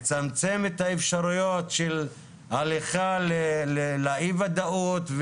מצמצם את האפשרויות של הליכה לאי וודאות,